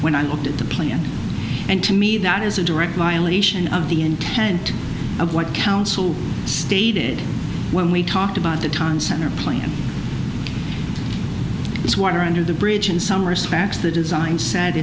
when i looked at the plant and to me that is a direct violation of the intent of what council stated when we talked about the town center plan it's water under the bridge in some respects the design said